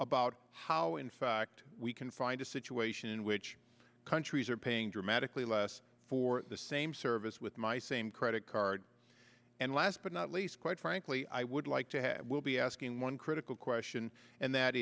about how in fact we can find a situation in which countries are paying dramatically less for the same service with my same credit card and last but not least quite frankly i would like to have will be asking one critical question and that